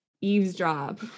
eavesdrop